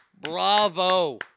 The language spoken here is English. Bravo